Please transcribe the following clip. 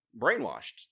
Brainwashed